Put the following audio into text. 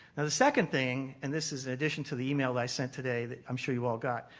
the second thing and this is addition to the email i sent today that i'm sure you all got,